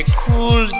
cool